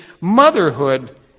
motherhood